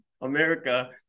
america